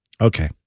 Okay